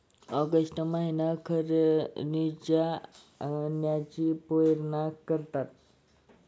August महीना अखेरीला चण्याची पेरणी करतात